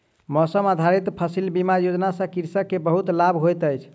मौसम आधारित फसिल बीमा योजना सॅ कृषक के बहुत लाभ होइत अछि